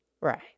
Right